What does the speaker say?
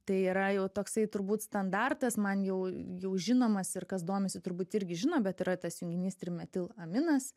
tai yra jau toksai turbūt standartas man jau jau žinomas ir kas domisi turbūt irgi žino bet yra tas junginys trimetilaminas